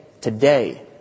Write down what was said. Today